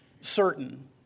certain